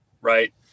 right